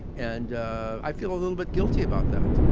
and i feel a little bit guilty about that.